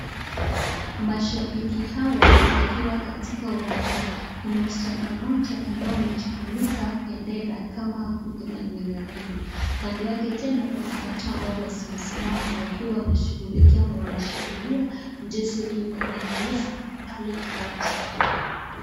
Mashabiki hawa wakiwa katika uwanja, kuna msichana mmoja ambaye amejifunika bendera kama kuna nywele rafu, Kando yake tena kuna watu ambao wamesimama wakiwa wanashughulika ama wanashikilia mchezo iliyokuwa inaendelea pale kiwanja.